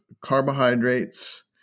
carbohydrates